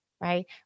right